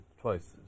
twice